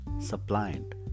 Suppliant